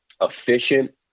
efficient